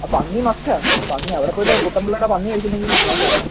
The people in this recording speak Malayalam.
അ പന്നി മസ്റ്റാ പന്നി അവിടെ പോയിട്ട് കുട്ടൻപിള്ളയുടെ പന്നി കഴിച്ചില്ലെങ്കിൽ മോശമാണ്